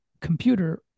computer